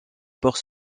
porc